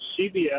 CBS